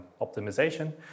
optimization